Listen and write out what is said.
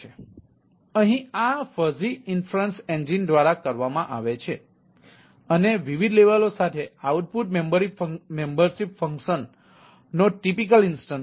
અહીં પણ આ ફઝી ઇન્ફેરેન્સ એન્જીનનો ટિપિકલ ઇન્સ્ટન્સ છે